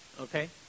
Okay